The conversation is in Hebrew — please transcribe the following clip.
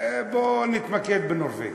בוא נתמקד בנורבגיה,